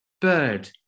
bird